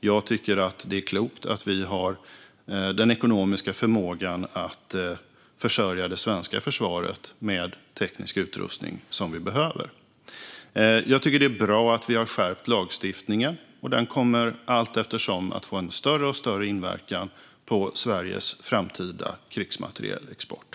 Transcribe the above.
Jag tycker att det är klokt att vi har den ekonomiska förmågan att försörja det svenska försvaret med teknisk utrustning som vi behöver. Jag tycker att det är bra att vi har skärpt lagstiftningen, och den kommer att allteftersom få en allt större inverkan på Sveriges framtida krigsmaterielexport.